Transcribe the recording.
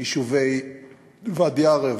יישובי ואדי-עארה,